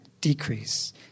decrease